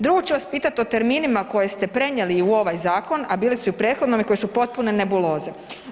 Drugo ću vas pitati o terminima koje ste prenijeli u ovoj zakon, a bili su i u prethodnome koje su potpune nebuloze.